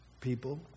people